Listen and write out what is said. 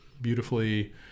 beautifully